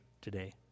today